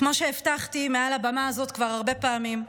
כמו שהבטחתי מעל הבמה הזאת כבר הרבה פעמים,